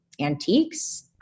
antiques